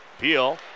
Peel